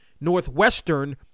Northwestern